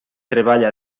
treballa